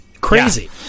Crazy